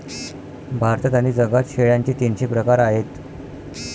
भारतात आणि जगात शेळ्यांचे तीनशे प्रकार आहेत